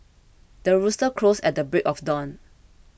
the rooster crows at the break of dawn